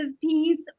piece